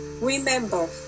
Remember